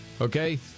Okay